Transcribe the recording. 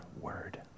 word